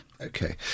Okay